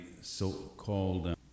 so-called